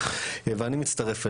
ואני מצטרף אליו.